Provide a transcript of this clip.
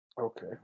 Okay